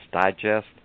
Digest